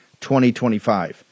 2025